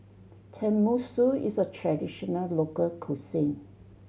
tenmusu is a traditional local cuisine